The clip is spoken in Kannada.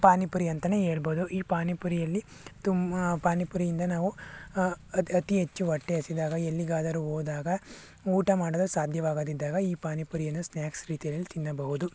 ಪಾನಿಪುರಿ ಅಂತನೇ ಹೇಳ್ಬೋದು ಈ ಪಾನಿಪುರಿಯಲ್ಲಿ ತುಮ್ ಪಾನಿಪುರಿಯಿಂದ ನಾವು ಅತಿ ಹೆಚ್ಚು ಹೊಟ್ಟೆ ಹಸಿದಾಗ ಎಲ್ಲಿಗಾದರೂ ಹೋದಾಗ ಊಟ ಮಾಡಲು ಸಾಧ್ಯವಾಗದಿದ್ದಾಗ ಈ ಪಾನಿಪುರಿಯನ್ನು ಸ್ನ್ಯಾಕ್ಸ್ ರೀತಿಯಲ್ಲಿ ತಿನ್ನಬಹುದು